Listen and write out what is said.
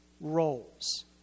roles